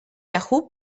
yahoo